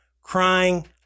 crying